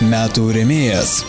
metų rėmėjas